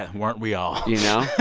ah weren't we all. you know?